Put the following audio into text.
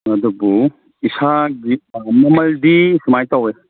ꯑꯗꯨꯕꯨ ꯏꯁꯥꯒꯤ ꯃꯃꯜꯗꯤ ꯁꯨꯃꯥꯏꯅ ꯇꯧꯋꯦ